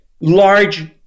large